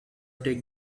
take